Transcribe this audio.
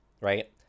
right